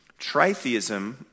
Tritheism